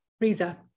Riza